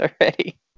already